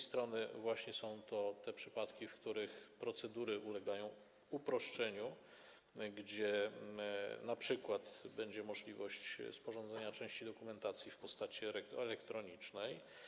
Są to te przypadki, w których procedury ulegają uproszczeniu, gdzie np. będzie możliwość sporządzenia części dokumentacji w postaci elektronicznej.